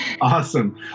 Awesome